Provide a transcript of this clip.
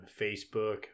Facebook